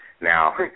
Now